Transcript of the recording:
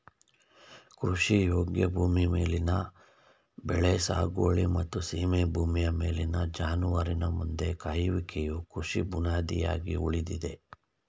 ಕೃಷಿಯೋಗ್ಯ ಭೂಮಿ ಮೇಲಿನ ಬೆಳೆ ಸಾಗುವಳಿ ಮತ್ತು ಸೀಮೆ ಭೂಮಿಯ ಮೇಲಿನ ಜಾನುವಾರಿನ ಮಂದೆ ಕಾಯುವಿಕೆಯು ಕೃಷಿ ಬುನಾದಿಯಾಗಿ ಉಳಿದಿದೆ